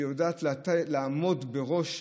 שיודעת לעמוד בראש,